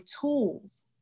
tools